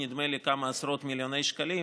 בכמה עשרות מיליוני שקלים,